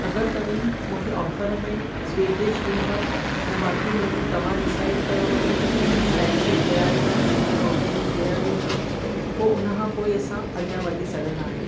अगरि तव्हीं मूंखे ऑफ़र में स्वीट डिश ॾींदव ऐं बाक़ी मेन्यू तव्हां डिसाईड कयो भले स्नेक्स में कहिड़ा आईटम ॾींदव रोटीअ में कहिड़ा ॾींदव ऐं हुन खां पोइ असां अॻियां वधी सघंदा आहियूं